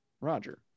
Roger